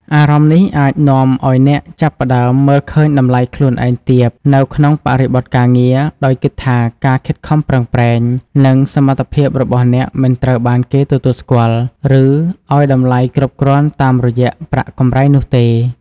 អារម្មណ៍នេះអាចនាំឲ្យអ្នកចាប់ផ្ដើម មើលឃើញតម្លៃខ្លួនឯងទាប នៅក្នុងបរិបទការងារ ដោយគិតថាការខិតខំប្រឹងប្រែង និងសមត្ថភាពរបស់អ្នកមិនត្រូវបានគេទទួលស្គាល់ ឬឲ្យតម្លៃគ្រប់គ្រាន់តាមរយៈប្រាក់កម្រៃនោះទេ។